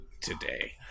today